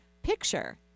picture